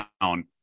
down